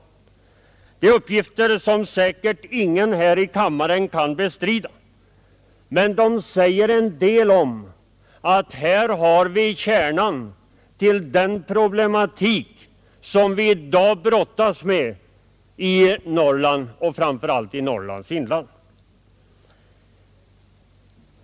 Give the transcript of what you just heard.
Det är uppgifter som säkerligen ingen här i kammaren kan bestrida, men de ger en antydan om att vi här har kärnan i den problematik som vi i dag brottas med i Norrland och framför allt i Norrlands inland.